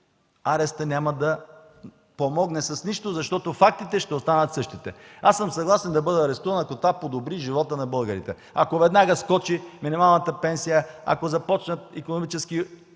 арестът няма да помогне с нищо, защото фактите ще останат същите. Аз съм съгласен да бъда арестуван, ако това подобри живота на българите, ако веднага скочи минималната пенсия, ако започнат да се